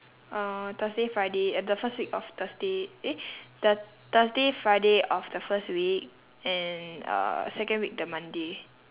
uh thursday friday at the first week of thursday eh the thursday friday of the first week and uh second week the monday